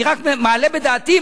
אני רק מעלה בדעתי,